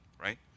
right